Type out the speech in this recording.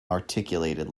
articulated